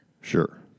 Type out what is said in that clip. Sure